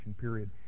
period